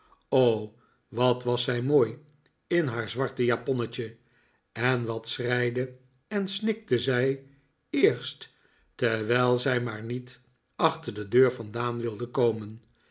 o wat was zij mooi in haar zwarte japonnetje en wat schreide en snikte zij eerst terwijl zij maar niet achter de deur vandaan wilde komen